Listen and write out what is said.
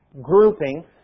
grouping